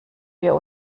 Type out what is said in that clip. wir